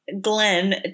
Glenn